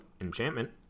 enchantment